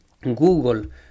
Google